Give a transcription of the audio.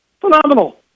Phenomenal